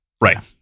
right